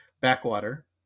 backwater